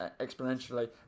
exponentially